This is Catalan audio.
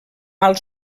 alts